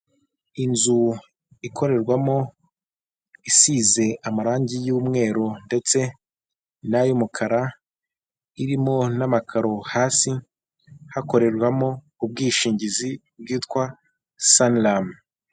Inzu ikorerwamo, isize amarangi y'umweru ndetse n'ay'umukara, irimo n'amakaro hasi, hakorerwamo ubwishingizi bwitwa saniramu.